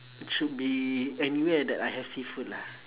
should be anywhere that I have seafood lah